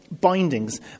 bindings